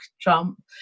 Trump